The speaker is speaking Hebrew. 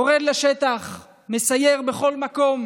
הוא יורד לשטח ומסייר בכל מקום